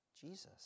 Jesus